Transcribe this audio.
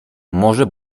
może